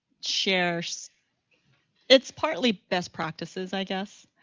shares it's partly best practices, i guess,